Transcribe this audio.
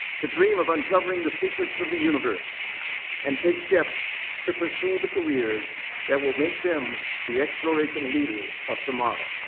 to dream of uncovering the secrets of the universe and take steps to pursue the careers that will make them the exploration leaders of tomorrow.